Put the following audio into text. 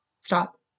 stop